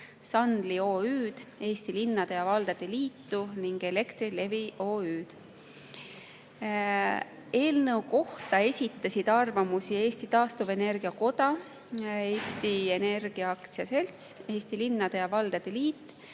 Sunly OÜ‑d, Eesti Linnade ja Valdade Liitu ning Elektrilevi OÜ-d. Eelnõu kohta esitasid arvamusi Eesti Taastuvenergia Koda, Eesti Energia AS, Eesti Linnade ja Valdade Liit